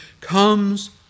comes